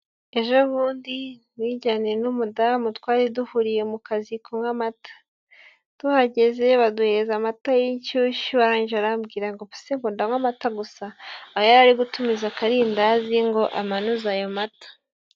Ejo bundi nijyaniye n'umudamu twari duhuriye mu kazi kunywa amata, tuhageze baduhereza amata y'inshyushyu, arangije arambwira ngo ubu se ngo ndaywa amata gusa, aha yari ari gutumiza akarindazi ngo amanuze ayo mata.